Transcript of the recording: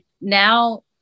now